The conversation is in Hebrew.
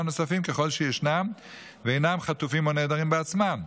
נוספים ככל שישנם ואינם חטופים או נעדרים בעצמם,